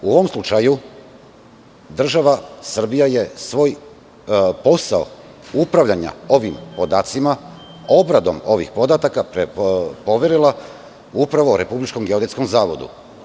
U ovom slučaju, država Srbija je svoj posao upravljanja ovim podacima, obradom ovih podataka, poverila upravo Republičkom geodetskom zavodu.